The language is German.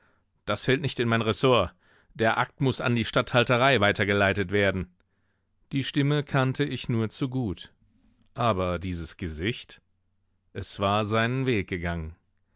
das fällt nicht in mein ressort der akt muß an die statthalterei weiter geleitet werden die stimme kannte ich nur zu gut aber dieses gesicht es war seinen weg gegangen